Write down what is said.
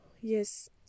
Yes